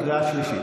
קריאה שלישית.